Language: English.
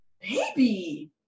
Baby